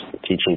teaching